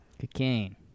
Cocaine